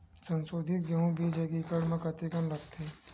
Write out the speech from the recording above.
संसोधित गेहूं बीज एक एकड़ म कतेकन लगथे?